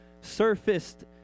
surfaced